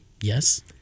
yes